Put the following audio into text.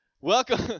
Welcome